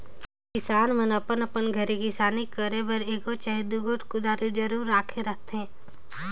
किसान मन अपन अपन घरे किसानी करे बर एगोट चहे दुगोट कुदारी जरूर राखे रहथे